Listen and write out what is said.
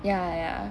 ya ya ya